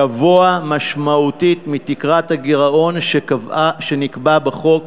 גבוה משמעותית מתקרת הגירעון שנקבע בחוק,